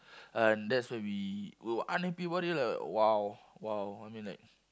and that's when we were unhappy about it lah !wow! !wow! I mean like